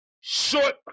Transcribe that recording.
short